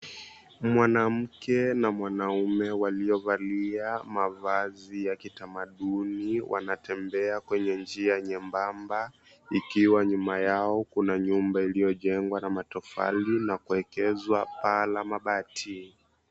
Mwanamke na mwanaume waliovalia mavazi ya kitamaduni wanatembea kwenye njia nyembamba, ikiwa nyuma yao kuna nyumba iliyojengwa na matofali na kuwekezwa paa la mabati.